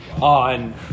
on